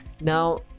Now